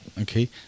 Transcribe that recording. Okay